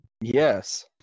yes